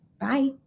Bye